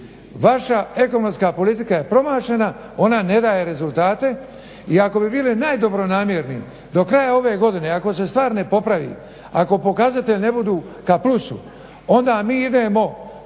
vaša ekonomska politika je promašena ona ne daje rezultate i ako bi bili najdobronamjerni do kraja ove godine ako se stvar ne popravi ako pokazatelj ne budu k plusu, onda mi idemo